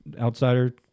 outsider